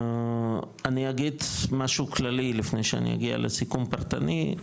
אני אגיד משהו כללי לפני שאני אגיע לסיכום פרטני,